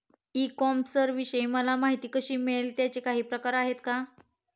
E कॉमर्सविषयी मला माहिती कशी मिळेल? त्याचे काही प्रकार आहेत का?